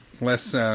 Less